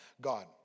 God